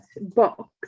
box